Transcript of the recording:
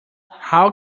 how